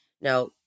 Now